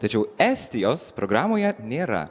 tačiau estijos programoje nėra